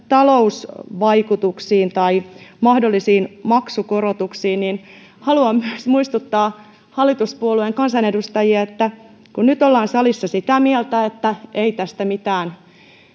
talousvaikutuksiin tai mahdollisiin maksukorotuksiin niin haluan myös muistuttaa hallituspuolueiden kansanedustajia että kun nyt ollaan salissa sitä mieltä että ei tästä mitään